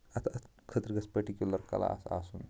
اَتھ اَتھ خٲطرٕ گژھِ پٔٹِکیٛوٗلَر کلاس آسُن